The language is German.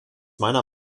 meiner